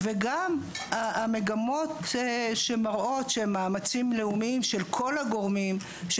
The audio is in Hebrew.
וגם המגמות שמראות שמאמצים לאומיים של כל הגורמים מביאים לכך